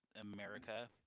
America